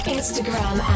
Instagram